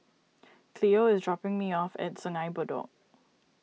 Cleo is dropping me off at Sungei Bedok